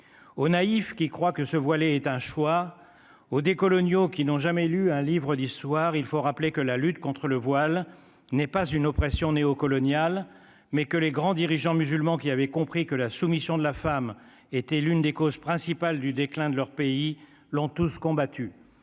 aux naïfs qui croient que se voiler est un choix oh des coloniaux qui n'ont jamais lu un livre d'histoire, il faut rappeler que la lutte contre le voile n'est pas une oppression néo-coloniale, mais que les grands dirigeants musulmans qui avait compris que la soumission de la femme était l'une des causes principales du déclin de leur pays l'ont tous combattu